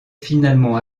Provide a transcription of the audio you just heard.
finalement